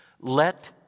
let